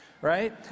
right